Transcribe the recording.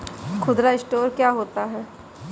खुदरा स्टोर क्या होता है?